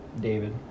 david